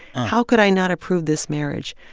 how could i not approve this marriage?